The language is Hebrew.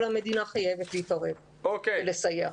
המדינה חייבת להתערב ולסייע.